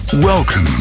Welcome